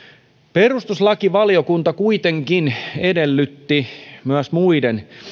perustuslakivaliokunta kuitenkin edellytti myös muiden